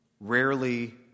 rarely